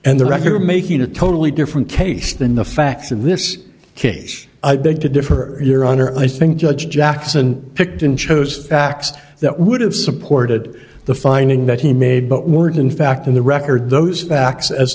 and the regular making a totally different case than the facts in this case i beg to differ your honor i think judge jackson picked and chose facts that would have supported the finding that he made but weren't in fact in the record those facts as